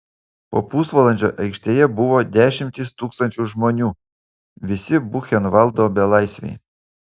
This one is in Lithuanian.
po pusvalandžio aikštėje buvo dešimtys tūkstančių žmonių visi buchenvaldo belaisviai